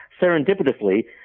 serendipitously